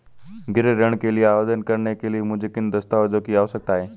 गृह ऋण के लिए आवेदन करने के लिए मुझे किन दस्तावेज़ों की आवश्यकता है?